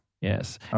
Yes